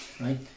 right